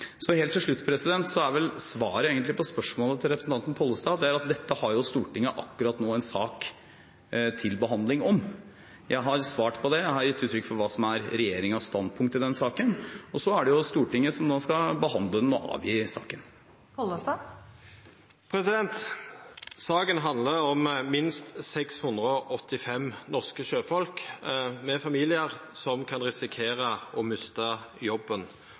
Helt til slutt: Svaret på spørsmålet fra representanten Pollestad er vel at dette har Stortinget akkurat nå en sak til behandling om. Jeg har svart på det. Jeg har gitt uttrykk for hva som er regjeringens standpunkt i den saken, og så er det Stortinget som nå skal behandle den. Saka handlar om minst 685 norske sjøfolk med familiar som kan risikera å mista jobben.